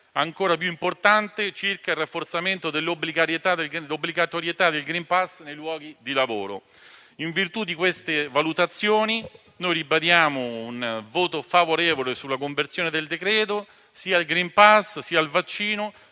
ancora più importante, circa il rafforzamento dell'obbligatorietà del *green pass* nei luoghi di lavoro. In virtù di queste valutazioni, ribadiamo il nostro voto favorevole sulla conversione del decreto-legge. Sì al *green pass*, sì al vaccino,